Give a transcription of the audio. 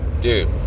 dude